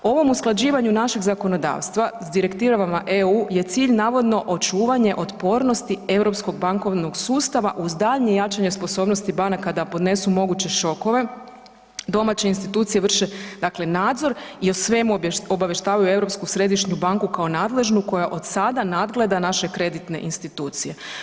Ovom usklađivanju našeg zakonodavstva s direktivama EU je cilj navodno očuvanje otpornosti europskog bankovnog sustava uz daljnje jačanje sposobnosti banaka da podnesu moguće šokove, domaće institucije vrše nadzor i o svemu obavještavaju Europsku središnju banku kao nadležnu koja od sada nadgleda naše kreditne institucije.